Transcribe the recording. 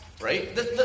right